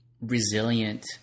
resilient